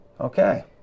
Okay